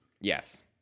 Yes